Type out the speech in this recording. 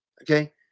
okay